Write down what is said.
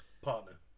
partner